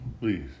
Please